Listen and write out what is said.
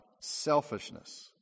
selfishness